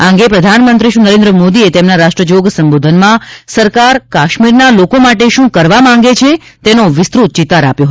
આ અંગે પ્રધાનમંત્રીશ્રી નરેન્દ્ર મોદીએ તેમના રાષ્ટ્રજોગ સંબોધનમાં સરકાર કાશ્મીરના લોકો માટે શું કરવા માંગે છે તેનો વિસ્તૃત ચિતાર આપ્યો